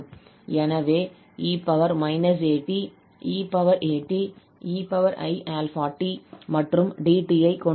எனவே நாம் 𝑒 𝑎𝑡𝑒𝑎𝑡 𝑒𝑖𝛼𝑡 மற்றும் 𝑑𝑡 ஐ கொண்டுள்ளோம்